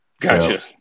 Gotcha